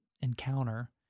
encounter